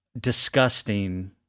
disgusting